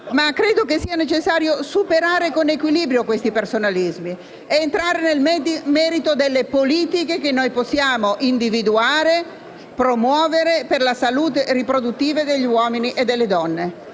credo sia necessario superare tali personalismi con equilibrio ed entrare nel merito delle politiche che possiamo individuare e promuovere per la salute riproduttiva degli uomini e delle donne.